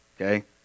Okay